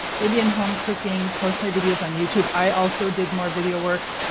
indian home cooking post my videos on youtube. i also did more video work.